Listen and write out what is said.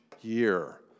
year